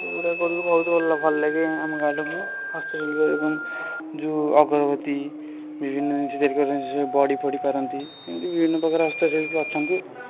ଏଗୁରା କରିକି ବହୁତ ଭଲ ଲାଗେ ଆମ ଗାଁ ଲୋକଙ୍କୁ ହସ୍ତଶିଳ୍ପ ଏବଂ ଯେଉଁ ଅଗରବତି ବିଭିନ୍ନ ଜିନିଷ ତିଆରି କରନ୍ତି ସବୁ ବଡ଼ିଫଡ଼ି ପାରନ୍ତି ଏମିତି ବିଭିନ୍ନ ପ୍ରକାର ହସ୍ତଶିଳ୍ପୀ ଅଛନ୍ତି